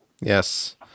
yes